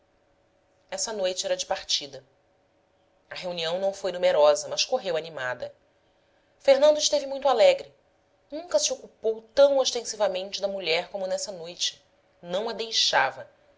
essa noite era de partida a reunião não foi numerosa mas correu animada fernando esteve muito alegre nunca se ocupou tão ostensivamente da mulher como nessa noite não a deixava